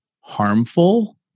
harmful